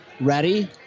ready